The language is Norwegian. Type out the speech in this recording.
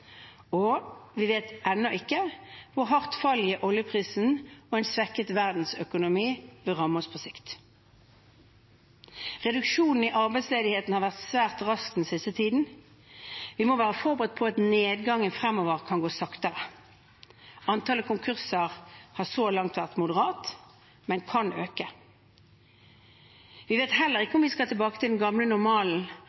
Og vi vet ennå ikke hvor hardt fallet i oljeprisen og en svekket verdensøkonomi vil ramme oss på sikt. Reduksjonen i arbeidsledigheten har vært svært rask den siste tiden. Vi må være forberedt på at nedgangen fremover kan gå saktere. Antall konkurser har så langt vært moderat, men kan øke. Vi vet heller ikke